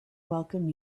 welcome